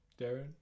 Darren